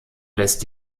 lässt